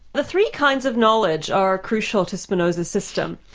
the three kinds of knowledge are crucial to spinoza's system.